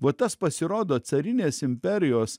va tas pasirodo carinės imperijos